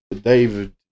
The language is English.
David